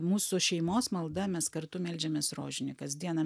mūsų šeimos malda mes kartu meldžiamės rožinį kasdieną